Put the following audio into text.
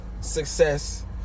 success